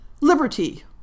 Liberty